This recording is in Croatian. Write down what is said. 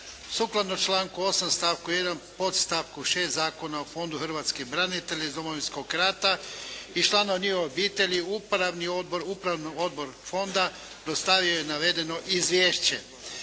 Sukladno članku 8. stavku 1. podstavku 6. Zakona o fondu hrvatskih branitelja iz Domovinskog rata i članova njihovih obitelji, Upravni odbor fonda dostavio je navedeno Izvješće.